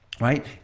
right